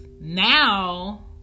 Now